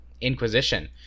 Inquisition